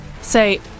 say